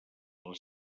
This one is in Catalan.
les